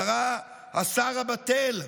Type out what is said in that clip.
קרא השר הבָּטֵל,